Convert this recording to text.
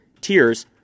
tears